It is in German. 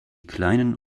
kleinen